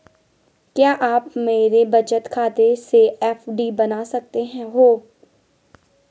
क्या आप मेरे बचत खाते से एफ.डी बना सकते हो?